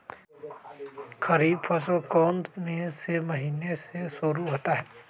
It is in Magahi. खरीफ फसल कौन में से महीने से शुरू होता है?